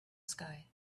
sky